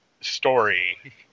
story